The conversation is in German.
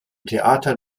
theater